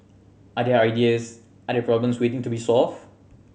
are there ideas are there problems waiting to be solved